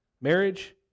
marriage